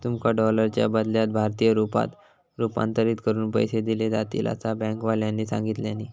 तुमका डॉलरच्या बदल्यात भारतीय रुपयांत रूपांतरीत करून पैसे दिले जातील, असा बँकेवाल्यानी सांगितल्यानी